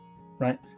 right